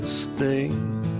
sting